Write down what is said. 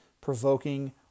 provoking